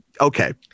okay